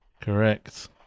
Correct